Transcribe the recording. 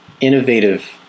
innovative